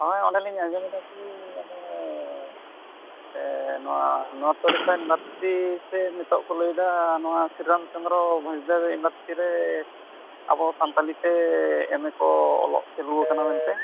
ᱦᱳᱭ ᱚᱸᱰᱮ ᱞᱤᱧ ᱟᱸᱡᱚᱢᱫᱟ ᱠᱤ ᱢᱟᱱᱮ ᱱᱚᱣᱟ ᱱᱚ ᱛᱟᱹᱨᱤᱠᱷ ᱠᱷᱚᱱ ᱭᱩᱱᱤᱵᱷᱟᱨᱥᱤᱴᱤ ᱥᱮ ᱱᱤᱛᱚᱜ ᱠᱚ ᱞᱟᱹᱭᱫᱟ ᱱᱚᱣᱟ ᱥᱨᱤ ᱨᱟᱢᱪᱚᱱᱫᱨᱚ ᱵᱷᱚᱡᱽᱫᱟᱹ ᱭᱩᱱᱤᱵᱷᱟᱨᱥᱤᱴᱤ ᱨᱮ ᱟᱵᱚ ᱥᱟᱱᱛᱟᱲᱤ ᱛᱮ ᱮᱢ ᱮᱹ ᱠᱚ ᱚᱞᱚᱜ ᱪᱟᱹᱞᱩ ᱟᱠᱟᱱᱟ ᱢᱮᱱᱛᱮ